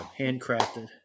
Handcrafted